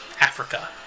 Africa